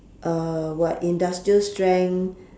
uh what industrial strength